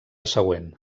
següent